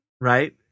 right